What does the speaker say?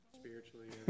spiritually